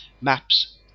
maps